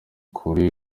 kuri